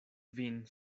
vin